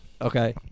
okay